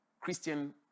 christian